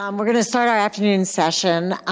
um we're going to start our afternoon session.